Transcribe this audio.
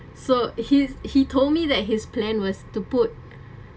so he's he told me that his plan was to put